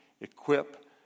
equip